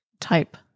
type